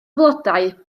flodau